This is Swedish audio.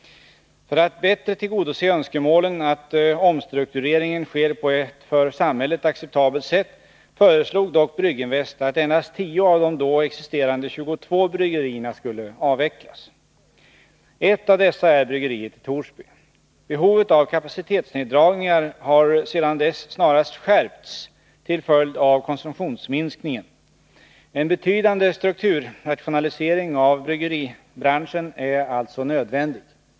För att bättre tillgodose önskemålen att omstruktureringen sker på ett för samhället acceptabelt sätt föreslog dock Brygginvest att endast tio av de då existerande tjugotvå bryggerierna skulle avvecklas. Ett av dessa är bryggeriet i Torsby. Behovet av kapacitetsneddragningar har sedan dess snarast skärpts till följd av konsumtionsminskningen. En betydande strukturrationalisering av bryggeribranschen är alltså nödvändig.